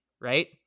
Right